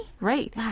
right